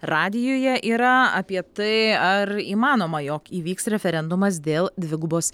radijuje yra apie tai ar įmanoma jog įvyks referendumas dėl dvigubos